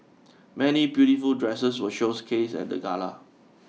many beautiful dresses were showcased at the gala